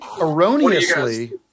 erroneously